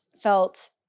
felt